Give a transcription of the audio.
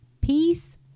peace